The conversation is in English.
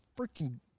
freaking